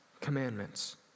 commandments